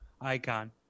icon